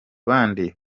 bandi